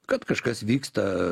kad kažkas vyksta